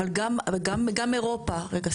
אבל גם אירופה, רגע,